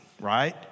right